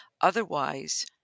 otherwise